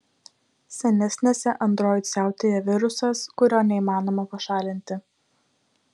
senesnėse android siautėja virusas kurio neįmanoma pašalinti